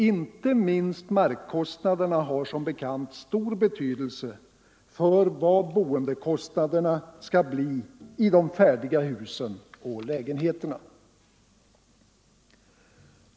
Inte minst markkostnaderna har som bekant stor betydelse för vad boendekostnaderna skall bli i de färdiga husen och lägenheterna.